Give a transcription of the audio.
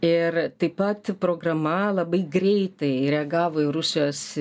ir taip pat programa labai greitai reagavo į rusijos